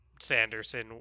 Sanderson